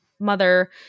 Mother